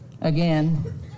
again